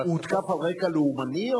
הוא הותקף על רקע לאומני?